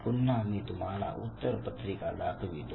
पुन्हा मी तुम्हाला उत्तर पत्रिका दाखवितो